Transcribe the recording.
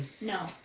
No